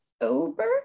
over